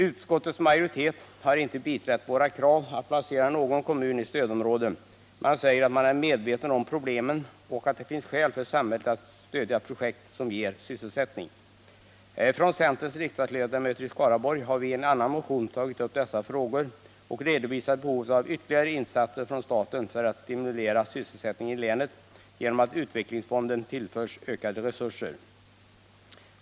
Utskottets majoritet har inte biträtt våra krav att placera någon kommun i stödområde men säger att man är medveten om problemen och att det finns skäl för samhället att stödja projekt som ger sysselsättning. Vi centerledamöter i Skaraborg har i en annan motion tagit upp dessa frågor, och vi har redovisat behovet av ytterligare insatser från staten för att stimulera sysselsättningen i länet genom att utvecklingsfonden tillförs ökade resurser.